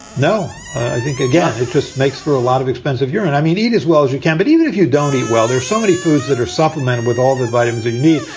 no. i think, again, it just makes for a lot of expensive urine. i mean, eat as well as you can, but even if you don't eat well. there's so many foods that are supplemented with all the items in need.